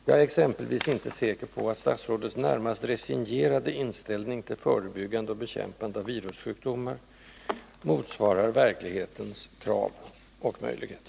Jag är exempelvis inte säker på att statsrådets närmast resignerade inställning till förebyggande och bekämpande av virussjukdomar motsvarar verklighetens krav och möjligheter.